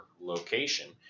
location